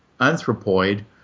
anthropoid